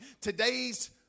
Today's